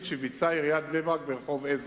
שביצעה עיריית בני-ברק ברחוב עזרא.